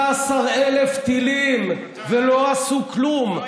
13,000 טילים ולא עשו כלום,